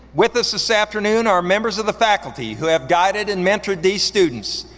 with us this afternoon are members of the faculty who have guided and mentored these students,